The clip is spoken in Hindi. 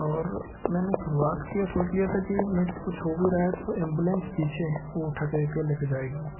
और मैंने शुरुआत की और सोच लिया था कि मेरे को कुछ हो भी रहा है तो एम्बुलेंस पीछे है वो उठा कर लेकर जाएगी